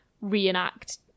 reenact